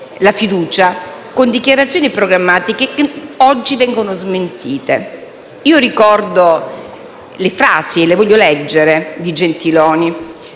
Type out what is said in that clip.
la fiducia con dichiarazioni programmatiche che oggi vengono smentite. Ricordo le frasi - e le voglio leggere - del